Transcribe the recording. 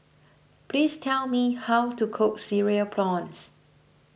please tell me how to cook Cereal Prawns